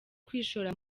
kwishora